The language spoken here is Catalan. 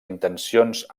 intencions